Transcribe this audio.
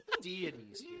deities